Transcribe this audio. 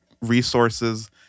resources